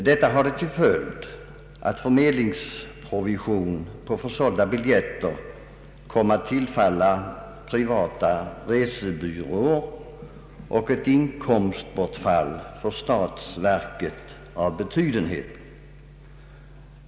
Detta hade till följd att förmedlingsprovision på försålda biljetter kom att tillfalla privata resebyråer och medföra ett inkomstbortfall för statsverket av betydenhet.